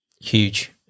huge